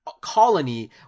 colony